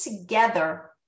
together